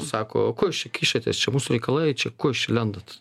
sako ko jūs čia kišatės čia mūsų reikalai čia ko jūs čia lendat